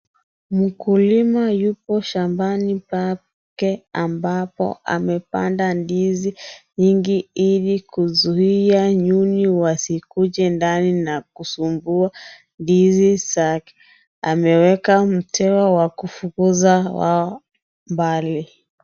Mkulima yuko shambani pake ambapo amepanda ndizi nyingi ili kuzuia nyuni wasikuje ndani na kusumbua ndizi zake . Ameweka mtego wa kufukuza wao mbali.